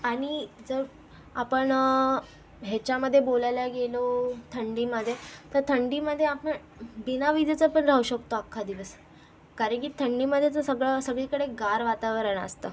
आणि जर आपण हेच्यामध्ये बोलायला गेलो थंडीमध्ये तर थंडीमध्ये आपण बिनविजेचापण राहू शकतो अख्खा दिवस कारण की थंडीमध्ये तर सगळं सगळीकडे गार वातावरण असतं